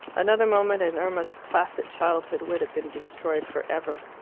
another moment, and irma's placid childhood would have been destroyed for ever.